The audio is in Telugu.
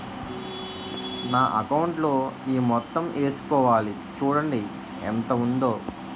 నా అకౌంటులో ఈ మొత్తం ఏసుకోవాలి చూడండి ఎంత ఉందో